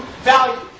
value